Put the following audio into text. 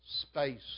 space